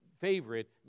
Favorite